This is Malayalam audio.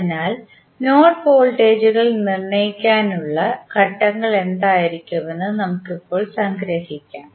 അതിനാൽ നോഡ് വോൾട്ടേജുകൾ നിർണ്ണയിക്കാനുള്ള ഘട്ടങ്ങൾ എന്തായിരിക്കുമെന്ന് ഇപ്പോൾ നമ്മുക്ക് സംഗ്രഹിക്കാം